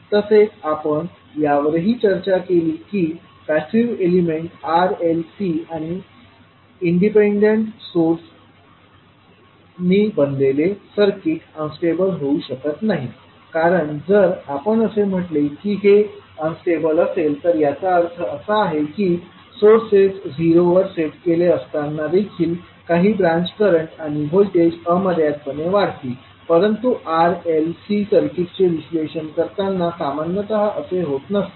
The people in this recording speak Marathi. तसेच आपण यावरही चर्चा केली की passive element R L C आणि इंडिपेंडेंट सोर्स नी बनलेले सर्किट अनस्टेबल होऊ शकत नाही कारण जर आपण असे म्हटले की हे अनस्टेबल असेल तर याचा अर्थ असा आहे की सोर्सेस झिरोवर सेट केले असताना देखील काही ब्रांच करंट आणि व्होल्टेज अमर्यादपणे वाढतील परंतु R L C सर्किटचे विश्लेषण करताना सामान्यत असे होत नसते